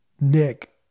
Nick